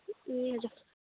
ए हजुर